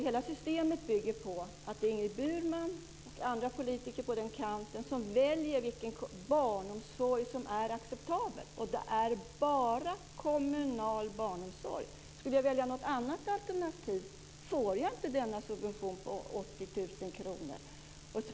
Hela systemet bygger på att det är Ingrid Burman och andra politiker på den kanten som väljer vilken barnomsorg som är acceptabel, och det är bara kommunal barnomsorg. Skulle jag välja någonting annat alternativ får jag inte denna subvention på 80 000 kr.